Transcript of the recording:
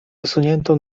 wysuniętą